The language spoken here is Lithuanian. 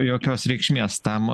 jokios reikšmės tam